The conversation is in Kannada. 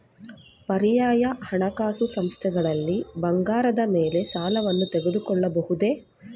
ಪರ್ಯಾಯ ಹಣಕಾಸು ಸಂಸ್ಥೆಗಳಲ್ಲಿ ಬಂಗಾರದ ಮೇಲೆ ಸಾಲವನ್ನು ತೆಗೆದುಕೊಳ್ಳಬಹುದೇ?